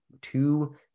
two